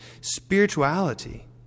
spirituality